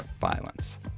violence